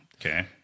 Okay